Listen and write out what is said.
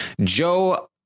Joe